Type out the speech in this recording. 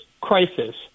crisis